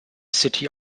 city